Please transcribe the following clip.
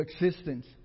existence